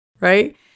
right